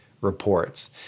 reports